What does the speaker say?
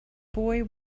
boy